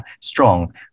Strong